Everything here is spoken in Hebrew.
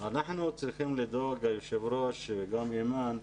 אנחנו צריכים לדאוג, היושב ראש, גם אימאן,